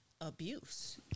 abuse